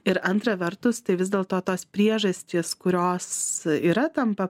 ir antra vertus tai vis dėlto tos priežastys kurios yra tampa